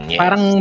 parang